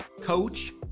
coach